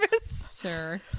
Sir